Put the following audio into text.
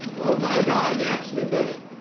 oh my god, he actually did it.